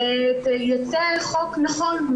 יצא חוק נכון,